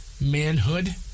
manhood